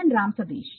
ഞാൻ രാം സതീഷ്